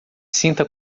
sinta